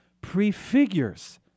prefigures